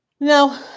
no